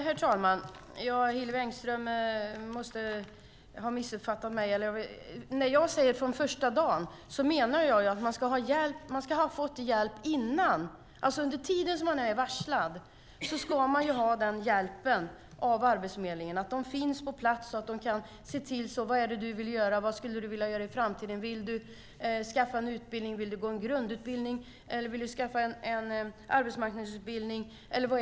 Herr talman! Hillevi Engström måste ha missuppfattat mig. När jag säger "från första dagen" menar jag att man ska ha fått hjälp innan. Under tiden som man är varslad ska man ha den hjälpen av Arbetsförmedlingen. De ska finnas på plats och fråga: Vad är det du vill göra? Vad skulle du vilja göra i framtiden? Vill du skaffa en utbildning? Vill du gå en grundutbildning eller en arbetsmarknadsutbildning eller vad?